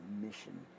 mission